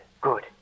Good